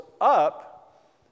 up